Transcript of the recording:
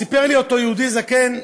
סיפר לי אותו יהודי זקן,